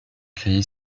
créé